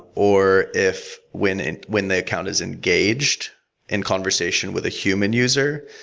or if when and when the account is engaged in conversation with a human user,